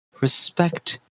Respect